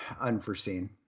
unforeseen